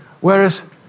Whereas